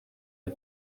are